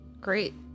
Great